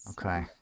Okay